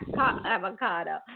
avocado